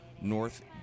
North